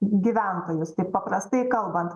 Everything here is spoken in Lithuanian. gyventojus taip paprastai kalbant